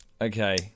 Okay